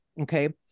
okay